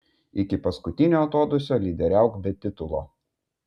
ir iki paskutinio atodūsio lyderiauk be titulo